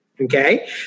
Okay